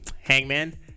Hangman